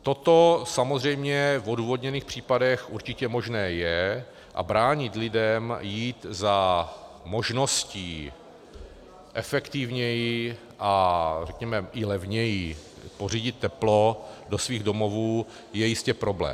Toto samozřejmě v odůvodněných případech určitě možné je, a bránit lidem jít za možností efektivněji a řekneme i levněji pořídit teplo do svých domovů je jistě problém.